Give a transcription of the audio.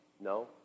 No